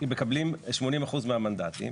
מקבלים 80% מהמנדטים